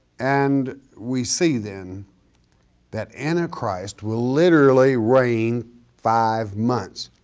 and we see then that antichrist will literally reign five months.